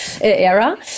era